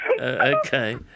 Okay